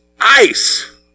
ice